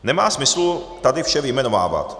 Nemá smyslu tady vše vyjmenovávat.